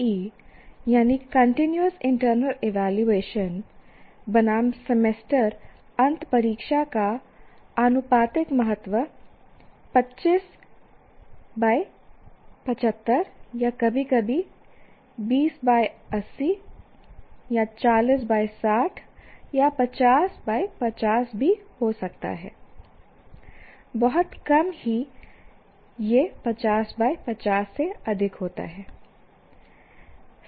CIE continuous internal evaluation बनाम semester अंत परीक्षा का आनुपातिक महत्व 2575 या कभी कभी 2080 4060 या 50 50 भी हो सकता है बहुत कम ही यह 5050 से अधिक होता है